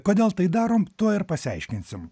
kodėl tai darom tuoj ir pasiaiškinsim